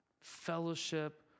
fellowship